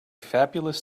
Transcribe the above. fabulous